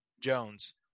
Jones